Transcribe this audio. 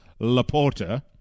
Laporta